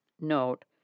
Note